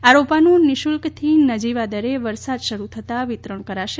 આ રોપાનું નિઃશુલ્કથી નજીવા દરે વરસાદ શરૂ થતાં વિતરણ કરાશે